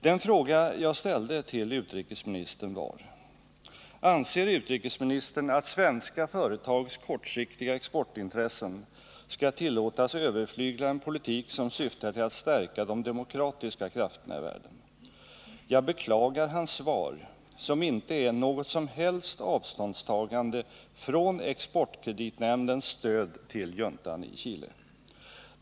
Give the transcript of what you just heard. Den fråga jag ställde till utrikesministern var: ”Anser utrikesministern att svenska företags kortsiktiga exportintressen skall tillåtas överflygla en politik som syftar till att stärka de demokratiska krafterna i världen?” Jag beklagar utrikesministerns svar, som inte är något som helst avståndstagande från Exportkreditnämndens stöd till juntan i Chile.